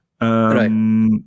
Right